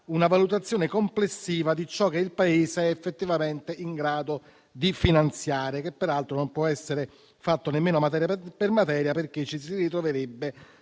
una valutazione complessiva di ciò che il Paese è effettivamente in grado di finanziare. Ciò peraltro non può essere fatto nemmeno materia per materia, perché ci si ritroverebbe